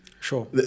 Sure